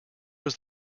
was